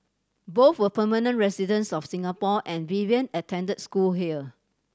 both were permanent residents of Singapore and Vivian attend school here